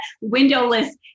windowless